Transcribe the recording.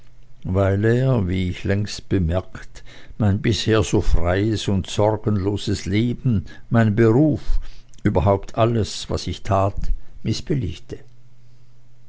weil er wie ich längst bemerkt mein bisher so freies und sorgenloses leben meinen beruf überhaupt alles was ich tat